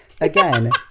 Again